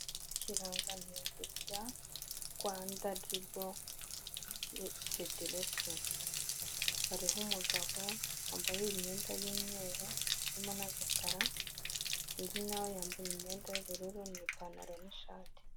Ikirangantego cya Rwanda judo federesheni. Hariho umugabo wambaye imyenda y'imyeru, harimo n'agakara, undi na we yambaye imyenda y'ubururu, ni ipantaro n'ishati.